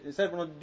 servono